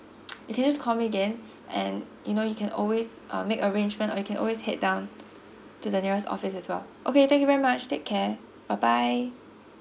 you can just call me again and you know you can always um make arrangement you can always head down to the nearest office as well okay thank you very much take care bye bye